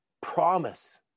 promise